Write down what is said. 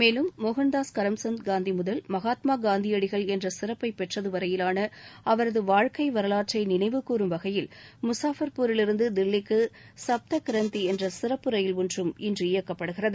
மேலும் மோகன்தாஸ் கரம்சந்த் காந்தி முதல் மகாத்மா காந்தியடிகள் என்ற சிறப்பை பெற்றது வரையிலான அவரது வாழ்க்கை வரவாற்றை நினைவுகூரும் வகையில் முஸாபர்பூரிலிருந்து தில்லிக்கு சுப்த கிரந்தி என்ற சிறப்பு ரயில் ஒன்றும் இன்று இயக்கப்படுகிறது